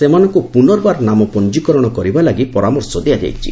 ସେମାନଙ୍କୁ ପୁନର୍ବାର ନାମ ପଞ୍ଜୀକରଣ କରିବା ଲାଗି ପରାମର୍ଶ ଦିଆଯାଇଛି